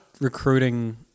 recruiting